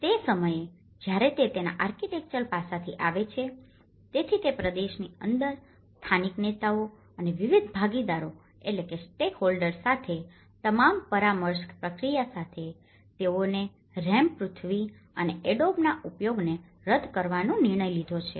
તેથી તે સમયે જ્યારે તે તેના આર્કિટેક્ચરલ પાસાથી આવે છે તેથી તે પ્રદેશની અંદર સ્થાનિક નેતાઓ અને વિવિધ ભાગીદારો સાથેની તમામ પરામર્શ પ્રક્રિયા સાથે તેથી તેઓએ રેમ્ડ પૃથ્વી અને એડોબના ઉપયોગને રદ કરવાનો નિર્ણય લીધો છે